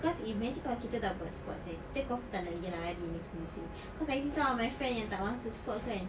cause imagine kalau kita tak buat sports eh kita confirm tak nak gi lari semua seh cause I see some of my friends yang tak masuk sports kan